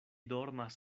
dormas